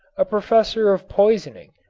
a professor of poisoning,